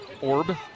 orb